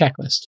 checklist